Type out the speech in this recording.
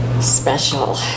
Special